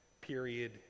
period